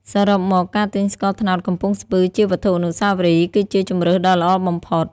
សរុបមក ការទិញស្ករត្នោតកំពង់ស្ពឺជាវត្ថុអនុស្សាវរីយ៍គឺជាជម្រើសដ៏ល្អបំផុត។